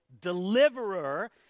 deliverer